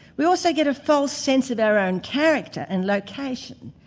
we also get a false sense of our own character and location,